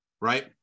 right